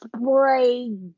spray